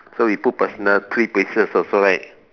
so we put personal three pieces also right